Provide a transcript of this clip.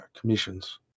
commissions